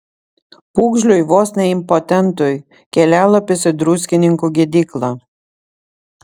pūgžliui vos ne impotentui kelialapis į druskininkų gydyklą